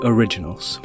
Originals